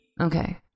Okay